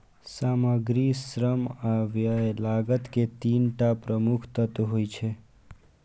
सामग्री, श्रम आ व्यय लागत के तीन टा प्रमुख तत्व होइ छै